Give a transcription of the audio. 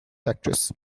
actress